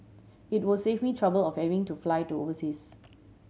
it would save me trouble of having to fly to overseas